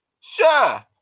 Sure